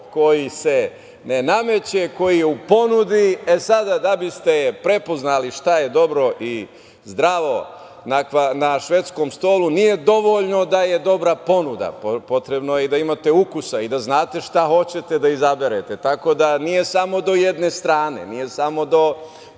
koji se ne nameće, koji je u ponudi. E, sada, da biste prepoznali šta je dobro i zdravo na švedskom stolu nije dovoljno da je dobra ponuda, potrebno je i da imate ukusa i da znate šta hoćete da izaberete. Tako da, nije samo do jedne strane, nije samo do